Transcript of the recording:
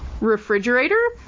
refrigerator